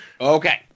okay